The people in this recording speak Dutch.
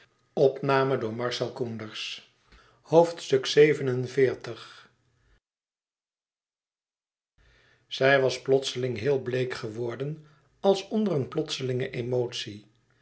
zij was plotseling heel bleek geworden als onder een plotselinge emotie